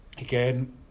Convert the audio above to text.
again